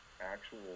actual